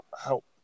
help